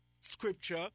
scripture